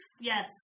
Yes